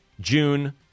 June